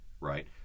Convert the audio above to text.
right